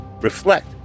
reflect